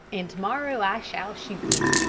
and to-morrow i shall shoot him.